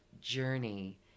journey